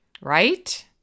right